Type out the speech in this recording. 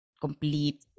Complete